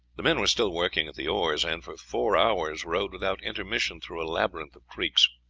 the men were still working at the oars, and for four hours rowed without intermission through a labyrinth of creeks.